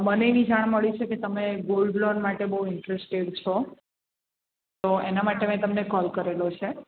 મને એવી જાણ મળી છે કે તમે ગોલ્ડ લોન માટે બહુ ઇન્ટરેસ્ટેડ છો તો એના માટે મેં તમને કોલ કરેલો છે